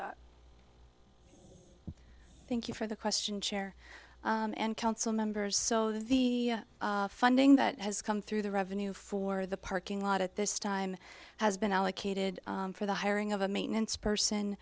that thank you for the question chair and council members so the funding that has come through the revenue for the parking lot at this time has been allocated for the hiring of a maintenance person